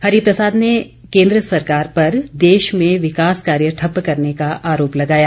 हरिप्रसाद ने केन्द्र सरकार पर देश में विकास कार्य ठप्प करने का आरोप लगाया